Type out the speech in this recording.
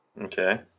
Okay